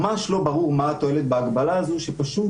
ממש לא ברור מה התועלת בהגבלה הזו שפשוט